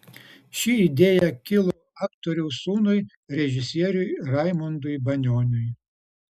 ši idėja kilo aktoriaus sūnui režisieriui raimundui banioniui